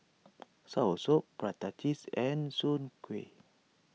Soursop Prata Cheese and Soon Kuih